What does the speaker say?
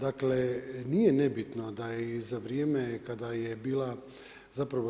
Dakle, nije nebitno da je i za vrijeme kada je bila